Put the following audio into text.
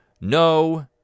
no